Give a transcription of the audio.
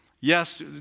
Yes